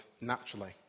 naturally